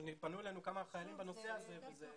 פנו אלינו כמה חיילים בנושא הזה.